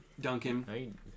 Duncan